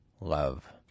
love